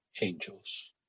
angels